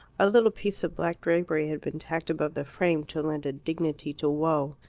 a little piece of black drapery had been tacked above the frame to lend a dignity to woe.